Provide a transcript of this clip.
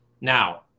Now